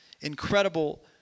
incredible